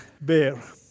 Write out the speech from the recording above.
bear